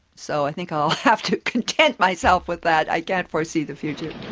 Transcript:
so, i think i'll have to content myself with that. i can't foresee the future.